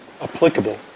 applicable